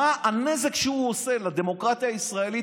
מה הנזק שהוא עושה לדמוקרטיה הישראלית,